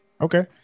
okay